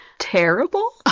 Terrible